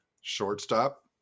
shortstop